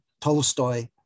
Tolstoy